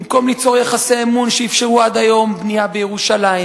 במקום ליצור יחסי אמון שאפשרו עד היום בנייה בירושלים,